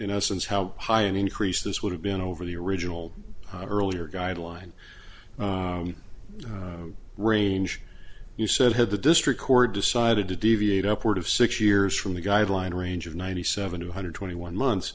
since how high an increase this would have been over the original earlier guideline range you said had the district court decided to deviate upward of six years from the guideline range of ninety seven two hundred twenty one months